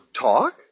talk